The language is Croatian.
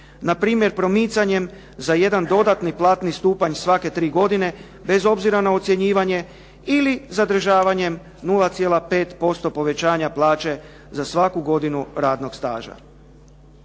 Na primjer promicanjem za jedan dodatni platni stupanj svake tri godine bez obzira na ocjenjivanje ili zadržavanjem 0,5% povećanja plaće za svaku godinu radnog staža.